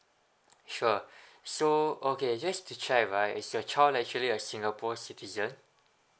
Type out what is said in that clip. sure so okay just to check right is your child actually a singapore citizen